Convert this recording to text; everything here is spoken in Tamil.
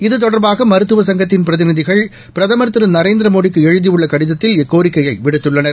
இது தொடர்பாக மருத்துவ சங்கத்தின் பிரதிநதிகள் பிரதமர் திரு நரேந்திரமோடிக்கு எழுதியுள்ள கடிதத்தில் இக்கோரிக்கையை விடுத்துள்ளன்